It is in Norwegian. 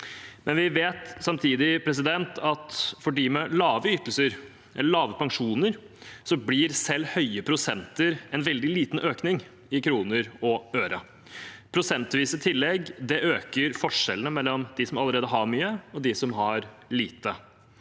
Vi vet samtidig at for dem med lave ytelser, lave pensjoner, blir selv høye prosenter en veldig liten økning i kroner og øre. Prosentvise tillegg øker forskjellene mellom dem som allerede har mye, og dem som har lite.